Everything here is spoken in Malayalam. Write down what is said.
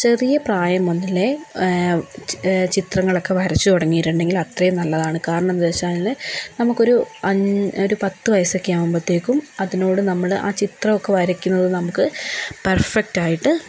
ചെറിയ പ്രായം മുതലേ ചിത്രങ്ങളൊക്കെ വരച്ച് തുടങ്ങിയിട്ടുണ്ടങ്കിൽ അത്രയും നല്ലതാണ് കാരണം എന്താന്ന് വെച്ചാല് നമുക്ക് ഒരു ആൻ ഒരു പത്ത് വയസ്സ് ഒക്കെ ആകുമ്പോഴേക്കും അതിനോട് നമ്മള് ആ ചിത്രമൊകെ വരക്കുന്നത് നമുക്ക് പെർഫെക്ട് ആയിട്ട്